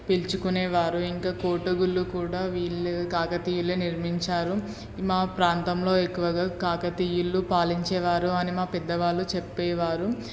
పిలుచుకునేవారు ఇంకా కోటగుళ్ళు కూడా వీళ్ళు కాకతీయులే నిర్మించారు మా ప్రాంతంలో ఎక్కువగా కాకతీయులు పాలించేవారు అని మా పెద్దవాళ్ళు చెప్పేవారు